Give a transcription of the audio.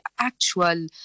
actual